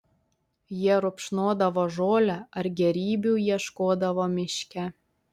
jie rupšnodavo žolę ar gėrybių ieškodavo miške